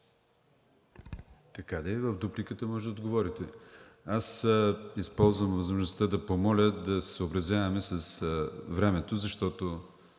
в дупликата може да отговорите. Използвам възможността да помоля да се съобразяваме с времето, защото